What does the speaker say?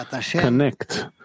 connect